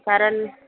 कारण